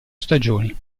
stagioni